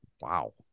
Wow